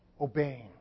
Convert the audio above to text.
obeying